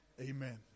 Amen